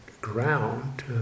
ground